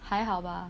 还好吧